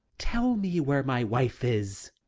tell me where my wife is.